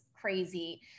crazy